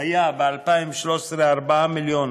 ב-2013 היה 4 מיליון